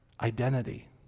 identity